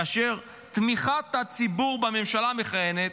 כאשר תמיכת הציבור בממשלה המכהנת